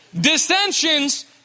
Dissensions